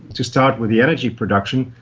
to start with the energy production,